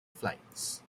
flights